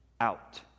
out